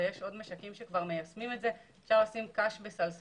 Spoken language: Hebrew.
ויש עוד משקים שכבר מיישמים את זה אפשר לשים קש בסלסלות,